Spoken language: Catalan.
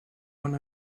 una